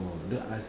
oh the as~